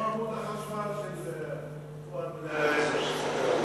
כמו עמוד החשמל של פואד בן-אליעזר.